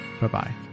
bye-bye